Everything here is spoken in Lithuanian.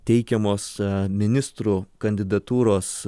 teikiamos ministrų kandidatūros